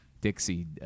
Dixie